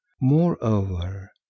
moreover